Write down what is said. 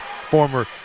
former